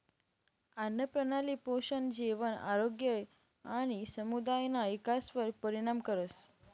आन्नप्रणाली पोषण, जेवण, आरोग्य आणि समुदायना इकासवर परिणाम करस